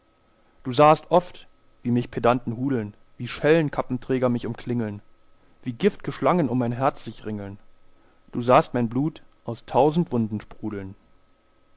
du sahest oft wie mich pedanten hudeln wie schellenkappenträger mich umklingeln wie giftge schlangen um mein herz sich ringeln du sahst mein blut aus tausend wunden sprudeln